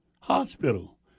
hospital